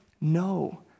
No